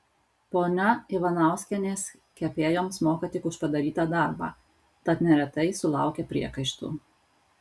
ponia ivanauskienės kepėjoms moka tik už padarytą darbą tad neretai sulaukia priekaištų